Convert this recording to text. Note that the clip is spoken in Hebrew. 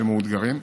שמאותגרים,